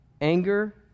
anger